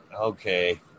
Okay